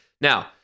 Now